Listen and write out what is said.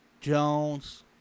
Jones